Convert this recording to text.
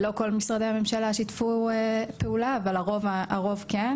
לא כל משרדי הממשלה שיתפו פעולה אבל הרוב כן.